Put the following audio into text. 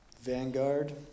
Vanguard